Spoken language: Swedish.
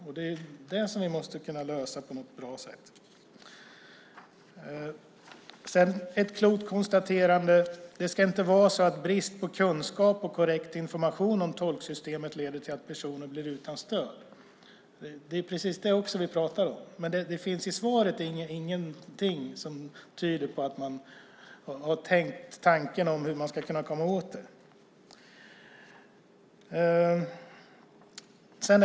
Vi måste lösa det problemet på ett bra sätt. Det är ett klokt konstaterande att det inte ska vara så att brist på kunskap och korrekt information om tolksystemet leder till att personer blir utan stöd. Det är precis det vi pratar om. Det fanns i svaret inget som tyder på att man har tänkt tanken hur man ska komma åt detta.